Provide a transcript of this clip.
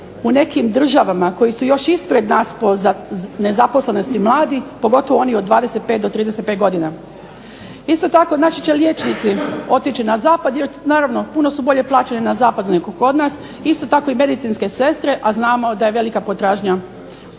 u nekim državama koje su još ispred nas po nezaposlenosti mladih, pogotovo onih 25-35 godina. Isto tako naši će liječnici otići na zapad jer naravno puno su bolje plaćeni na zapadu nego kod nas, isto tako i medicinske sestre, a znamo da je velika potražnja